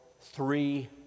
three